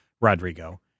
rodrigo